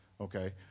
okay